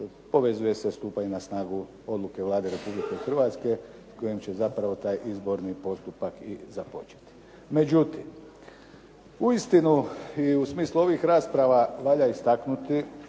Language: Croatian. povezuje se sa stupanjem na snagu odluke Vlade Republike Hrvatske kojim će zapravo taj izborni postupak i započeti. Međutim, uistinu i u smislu ovih rasprava valja istaknuti